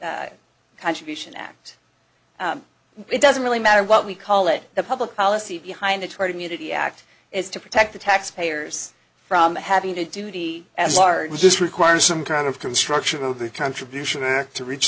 the contribution act it doesn't really matter what we call it the public policy behind the tort immunity act is to protect the taxpayers from having to duty at large this requires some kind of construction of the contribution to reach